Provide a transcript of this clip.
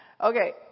Okay